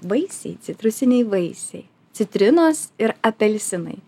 vaisiai citrusiniai vaisiai citrinos ir apelsinai